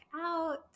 out